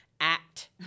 act